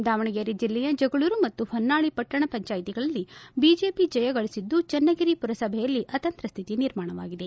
ದಾವಣಗೆರೆ ಜಿಲ್ಲೆಯ ಜಗಳೂರು ಮತ್ತು ಹೊನ್ನಾಳಿ ಪಟ್ಟಣ ಪಂಚಾಯತಿಗಳಲ್ಲಿ ಬಿಜೆಪಿ ಜಯಗಳಿಸಿದ್ದು ಚನ್ನಗಿರಿ ಮರಸಭೆಯಲ್ಲಿ ಅತಂತ್ರ ಸ್ಥಿತಿ ನಿರ್ಮಾಣವಾಗಿದೆ